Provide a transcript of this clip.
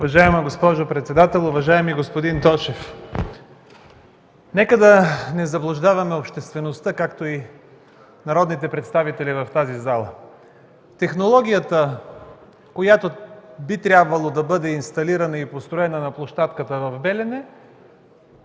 Уважаема госпожо председател! Уважаеми господин Тошев, нека да не заблуждаваме обществеността, както и народните представители в тази зала. Технологията, която би трябвало да бъде инсталирана и построена на площадката в Белене,